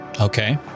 Okay